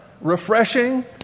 Refreshing